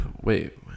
Wait